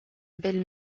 belle